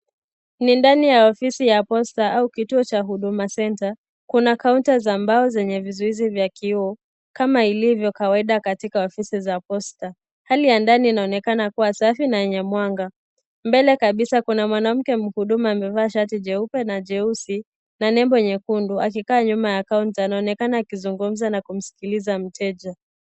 Ni ndani ya ofisi ya posta au kituo cha huduma centa . Kuna kaunta za mbao zenye vizuizi vya kioo , kama ilivyo kawaida katika ofisi za posta .Hali ya ndani inaonekana kuwa safi na yenye mwanga . Mbele kabisa kuna mwanamke mhudumu, aliyevaa shati jeupe na jeusi na nembo nyekundu . Akikaa nyuma ya kaunta anaonekana akizungumza na kumskiliza mteja .